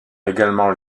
également